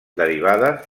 derivades